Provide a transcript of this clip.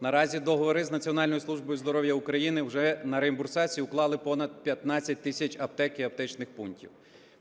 Наразі договори з Національною службою здоров'я України вже на реімбурсацію уклали понад 15 тисяч аптек і аптечних пунктів,